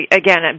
again